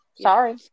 Sorry